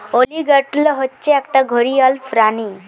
alligator হচ্ছে একটা ঘড়িয়াল প্রাণী